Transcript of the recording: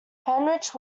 heinrich